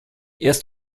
erst